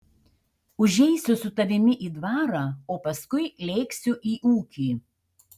užeisiu su tavimi į dvarą o paskui lėksiu į ūkį